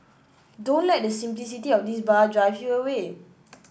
don't let the simplicity of this bar drive you away